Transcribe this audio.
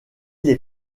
les